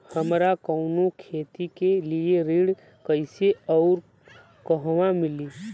हमरा कवनो खेती के लिये ऋण कइसे अउर कहवा मिली?